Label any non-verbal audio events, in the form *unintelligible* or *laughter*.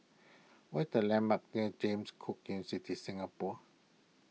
what the landmarks near James Cook *unintelligible* Singapore